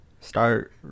start